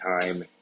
time